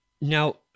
Now